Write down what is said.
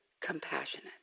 compassionate